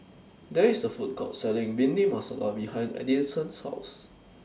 There IS A Food Court Selling Bhindi Masala behind Edison's House